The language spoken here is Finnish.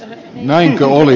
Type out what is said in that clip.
näinkö oli